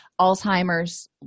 Alzheimer's